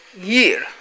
year